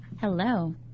Hello